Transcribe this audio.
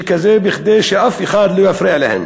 מעוניינת בגיבוי אפרטהיידי שכזה כדי שאף אחד לא יפריע לה.